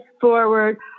forward